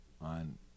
on